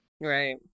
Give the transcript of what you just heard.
right